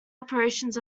operations